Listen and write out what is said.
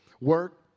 Work